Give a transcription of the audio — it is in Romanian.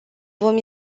vom